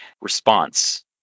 response